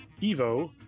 Evo